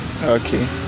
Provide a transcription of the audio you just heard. Okay